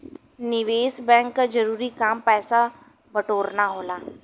निवेस बैंक क जरूरी काम पैसा बटोरना होला